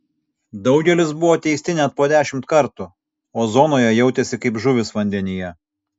daugelis buvo teisti net po dešimt kartų o zonoje jautėsi kaip žuvys vandenyje